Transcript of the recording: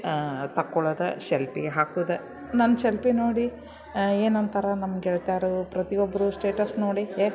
ತಕ್ಕೊಳ್ಳೋದ selfie ಹಾಕುದೇ ನನ್ನ selfie ನೋಡಿ ಏನಂತಾರ ನಮ್ಮ ಗೆಳತೀರು ಪ್ರತಿ ಒಬ್ಬರೂ ಸ್ಟೇಟಸ್ ನೋಡಿ ಏ